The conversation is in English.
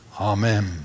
Amen